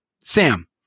Sam